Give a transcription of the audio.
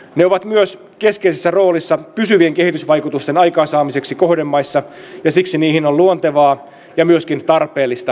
ne ovat myös keskeisessä roolissa pysyvien kehitysvaikutusten aikaansaamiseksi kohdemaissa ja siksi niihin on luontevaa ja myöskin tarpeellista panostaa